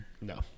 No